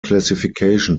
classification